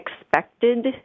expected